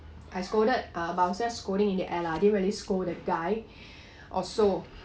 I scolded uh but I was just scolding in the air lah I didn't really scold the guy or so